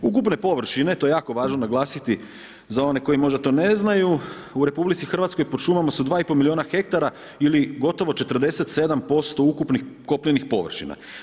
Ukupne površine, to je jako važno naglasiti za one koji možda to ne znaju u RH pod šumama su 2,5 milijuna hektara ili gotovo 47% ukupnih kopnenih površina.